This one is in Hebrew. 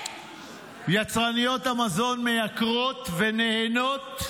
יצרניות המזון מייקרות ונהנות,